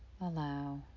allow